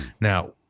Now